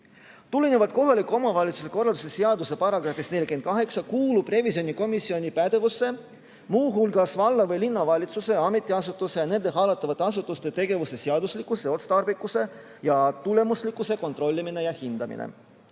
Tulenevalt kohaliku omavalitsuse korralduse seaduse §-st 48 kuulub revisjonikomisjoni pädevusse muu hulgas valla- või linnavalitsuse ametiasutuse ja nende hallatavate asutuste tegevuse seaduslikkuse, otstarbekuse ning tulemuslikkuse kontrollimine ja hindamine.